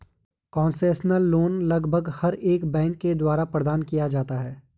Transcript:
concessional loan लगभग हर एक बैंक के द्वारा प्रदान किया जाता है